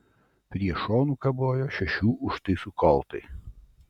prie šonų kabojo šešių užtaisų koltai